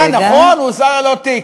אה, נכון, הוא שר ללא תיק.